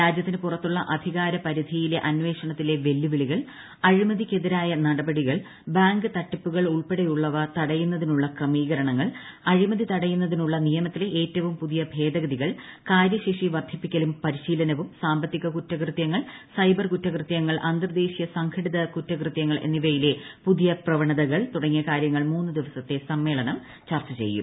രാജ്യത്തിനു പുറത്തുള്ള അധികാരപരിധിയിലെ അന്വേഷണത്തിലെ വെല്ലുവിളികൾ അഴിമതിക്കെതിരായ നടപടികൾ ബാങ്ക് തട്ടിപ്പുകൾ ഉൾപ്പെടെയുള്ളവ തടയുന്നതിനുള്ള ക്രമീകരണങ്ങൾ അഴിമതി തടയുന്നതിനുള്ള നിയമത്തിലെ ഏറ്റവും പുതിയ ഭേദഗതികൾ കാര്യശേഷി വർദ്ധിപ്പിക്കലും പരിശീലനവും സാമ്പൂത്തിക് കുറ്റകൃത്യങ്ങൾ സൈബർ കുറ്റകൃതൃങ്ങൾ അന്തർദ്ദേശ്രീയ സംഘടിത കുറ്റകൃതൃങ്ങൾ എന്നിവയിലെ പുതിയ പ്രവണതക്കൾ തുടങ്ങിയ കാര്യങ്ങൾ മൂന്ന് ദിവസത്തെ സമ്മേളനം ചർച്ച് ച്ചെയ്യും